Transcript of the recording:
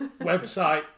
website